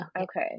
Okay